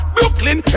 Brooklyn